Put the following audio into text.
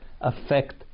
affect